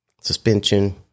suspension